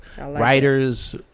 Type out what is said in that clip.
writers